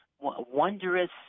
wondrous